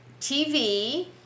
TV